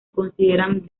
consideran